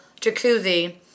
jacuzzi